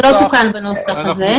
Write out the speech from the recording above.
והוא לא תוקן בנוסח הזה.